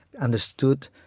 understood